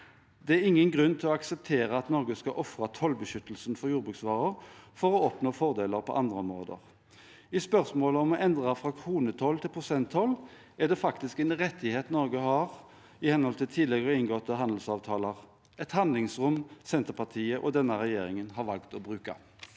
Det er ingen grunn til å akseptere at Norge skal ofre tollbeskyttelsen for jordbruksvarer for å oppnå fordeler på andre områder. I spørsmålet om å endre fra kronetoll til prosenttoll er det faktisk en rettighet Norge har i henhold til tidligere inngåtte handelsavtaler – et handlingsrom Senterpartiet og denne regjeringen har valgt å bruke.